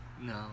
No